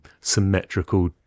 symmetrical